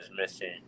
missing